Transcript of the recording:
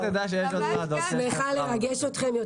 אני שמחה לרגש אתכם.